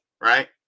right